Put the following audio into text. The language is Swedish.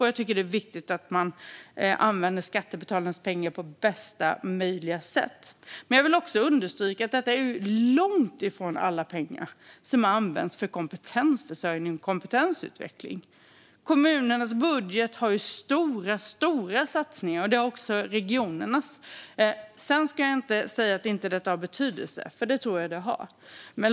Jag tycker att det är viktigt att man använder skattebetalarnas pengar på bästa möjliga sätt, men jag vill också understryka att det är långt ifrån alla pengar som har använts för kompetensförsörjning och kompetensutveckling. Kommunernas budget har ju stora satsningar, och det har också regionernas budget. Jag ska dock inte säga att detta inte har betydelse, för det tror jag att det har.